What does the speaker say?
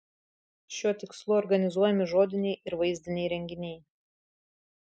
šiuo tikslu organizuojami žodiniai ir vaizdiniai renginiai